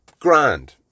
grand